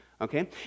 okay